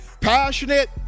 passionate